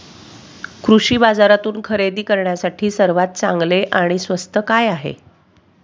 कृषी बाजारातून खरेदी करण्यासाठी सर्वात चांगले आणि स्वस्त काय आहे?